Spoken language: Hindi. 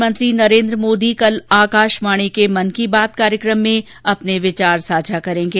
प्रधानमंत्री नरेंद्र मोदी कल आकाशवाणी के मन की बात कार्यक्रम में अपने विचार साझा करेंगे